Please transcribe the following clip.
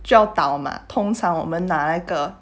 就要倒 mah 通常我们拿那个